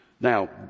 Now